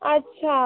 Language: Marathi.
अच्छा